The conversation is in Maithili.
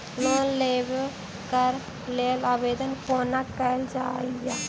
लोन लेबऽ कऽ लेल आवेदन कोना कैल जाइया?